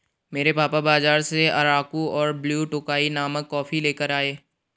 मेरे पापा बाजार से अराकु और ब्लू टोकाई नामक कॉफी लेकर आए